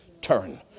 turn